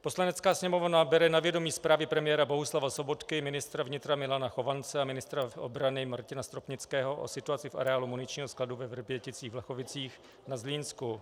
Poslanecká sněmovna bere na vědomí zprávy premiéra Bohuslava Sobotky, ministra vnitra Milana Chovance a ministra obrany Martina Stropnického o situaci v areálu muničního skladu ve VrběticíchVlachovicích na Zlínsku.